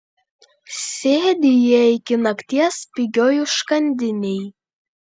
sėdi jie iki nakties pigioj užkandinėj